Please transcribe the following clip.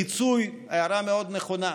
פיצוי, הערה מאוד נכונה.